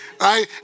right